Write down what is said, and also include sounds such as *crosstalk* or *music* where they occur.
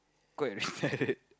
quite *laughs*